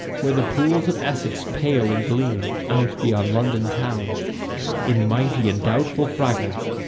where the pools of essex pale and gleam out beyond london town in mighty and doubtful fragments,